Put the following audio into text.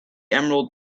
emerald